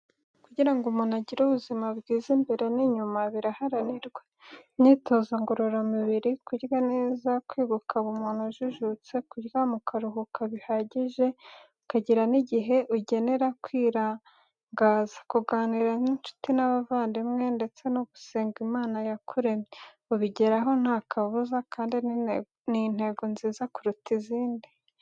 Kugira ngo umuntu agire ubuzima bwiza imbere n'inyuma, birahanirwa. Imyitozo ngororamubiri, kurya neza, kwiga ukaba umuntu ujijutse, kuryama ukaruhuka bihagije, ukagira n'igihe ugenera kwirangaza, kuganira n'incuti n'abavandimwe ndetse no gusenga Imana yakuremye, ubigeraho nta kabuza, kandi ni intego nziza kuruta izindi.